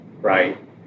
right